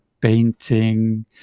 painting